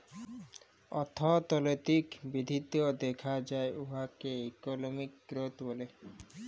অথ্থলৈতিক বিধ্ধি দ্যাখা যায় উয়াকে ইকলমিক গ্রথ ব্যলে